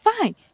fine